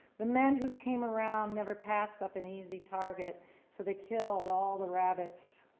the men who came around never passed up an easy target so they killed all the rabbits.